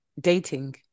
dating